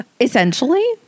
Essentially